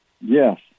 Yes